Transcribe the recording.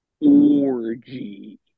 orgy